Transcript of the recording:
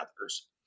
others